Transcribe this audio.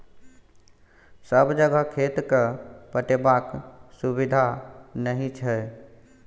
सब जगह खेत केँ पटेबाक सुबिधा नहि छै